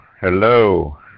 Hello